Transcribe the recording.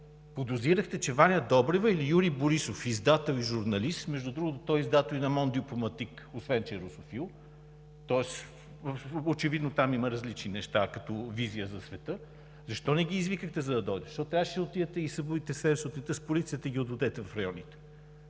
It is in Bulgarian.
Подозирахте, че Ваня Добрева или Юрий Борисов – издател и журналист, между другото е издател и на „Монд дипломатик“, освен че е русофил, тоест там очевидно има различни неща като визия за света, защо не ги извикахте, за да дойдат? Защо трябваше да отидете и да ги събудите в 7,00 ч. сутринта с полицията и да ги отведете в районните?